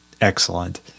excellent